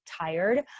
tired